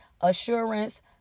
assurance